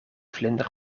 vlinder